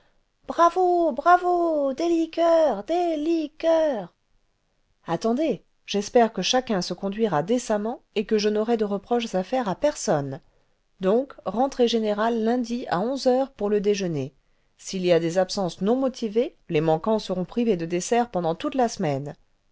bravo bravo des liqueurs des liqueurs attendez j'espère que chacun se conduira décemment et que je n'aurai cle reproches à faire à personne donc rentrée générale lundi à onze heures pour le déjeuner s'il y a des absences non motivées les manquants seront privés de dessert pendant toute la semaine